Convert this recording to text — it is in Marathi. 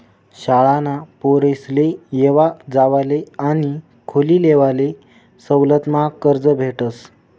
शाळाना पोरेसले येवा जावाले आणि खोली लेवाले सवलतमा कर्ज भेटस